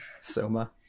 Soma